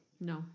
No